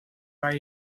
waar